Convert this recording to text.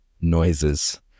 noises